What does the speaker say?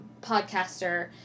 podcaster